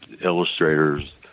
illustrators